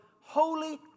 holy